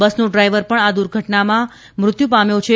બસનો ડ્રાઇવર પણ આ ઘટનામાં મૃત્યુ પામ્યો છે